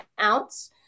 ounce